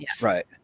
right